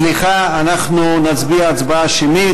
סליחה, אנחנו נצביע הצבעה שמית.